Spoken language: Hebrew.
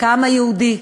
כעם היהודי,